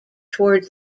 towards